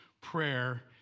prayer